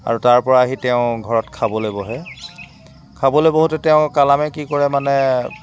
আৰু তাৰপৰা আহি তেওঁ ঘৰত খাবলৈ বহে খাবলৈ বহোতে তেওঁ কালামে কি কৰে মানে